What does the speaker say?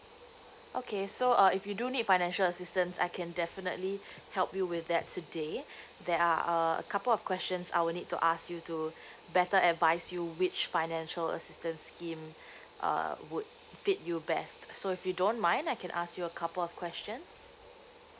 okay so uh if you do need financial assistance I can definitely help you with that today there are a couple of questions I will need to ask you to better advice you which financial assistance scheme uh would fit you best so if you don't mind I can ask you a couple of questions